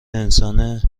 انسان